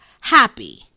happy